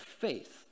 faith